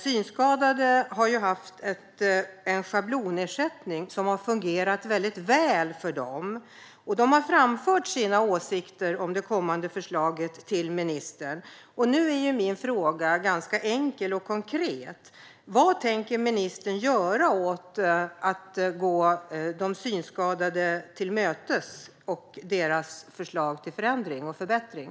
Synskadade har haft en schablonersättning som har fungerat väldigt väl för dem. De har framfört sina åsikter om det kommande förslaget till ministern. Min fråga är ganska enkel och konkret: Vad tänker ministern göra för att tillmötesgå de synskadade och deras förslag till förändring och förbättring?